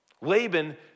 Laban